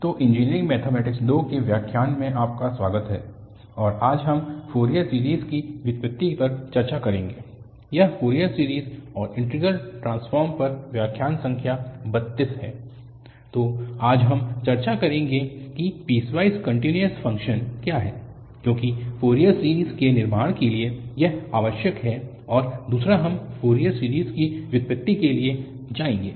तो engineering mathematics II के व्याख्यान में आपका स्वागत है और आज हम फ़ोरियर सीरीज़ की व्युत्पत्ति पर चर्चा करेंगे यह फ़ोरियर सीरीज़ और इन्टीग्रल ट्रांसफॉर्म पर व्याख्यान संख्या 32 है तो आज हम चर्चा करेंगे कि पीसवाइस कन्टिन्यूअस फंक्शन्स क्या हैं क्योंकि फ़ोरियर सीरीज़ के निर्माण के लिए यह आवश्यक है और दूसरा हम फ़ोरियर सीरीज़ की व्युत्पत्ति के लिए जाएँगे